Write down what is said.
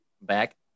back